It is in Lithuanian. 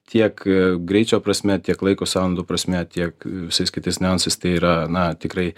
tiek greičio prasme tiek laiko sąnaudų prasme tiek visais kitais niuansais tai yra na tikrai